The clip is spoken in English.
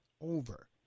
over